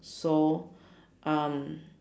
so um